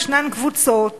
יש קבוצות